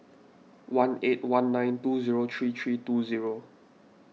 one eight one nine two zero three three two zero